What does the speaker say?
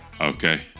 Okay